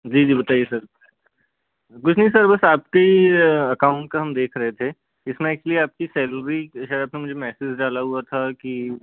जी जी बताइये सर कुछ नहीं सर बस आपके ही अकाउंट का हम देख रहे थे इसमें एक्चुअली आपकी सैलरी है तो मुझे मैसेज डाला हुआ था कि